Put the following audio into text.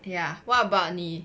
ya what about 你